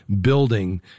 building